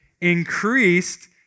increased